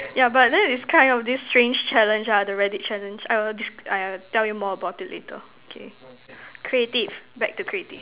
yeah but then is kind of this strange challenge ah the Reddit Challenge !aiya! this !aiya! I'll tell you more about it later okay creative back to creative